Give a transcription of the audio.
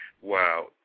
Wow